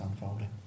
unfolding